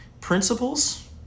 principles